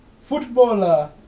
Footballer